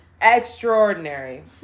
extraordinary